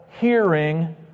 hearing